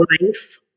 life